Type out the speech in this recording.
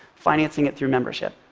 financing it through membership.